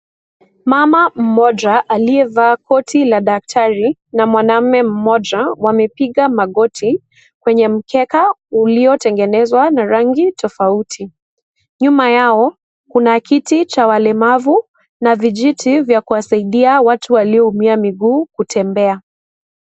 Mama mmoja aliyevaa koti la daktari na mwanaume mmoja, wamepiga magoti kwenye mkeka uliotengenezwa na rangi tofauti. Nyuma yao kuna kiti cha walemavu na vijiti vya kuwasaidia watu walioumia miguu kutembea.